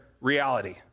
reality